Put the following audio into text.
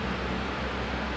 but I thought you like ayam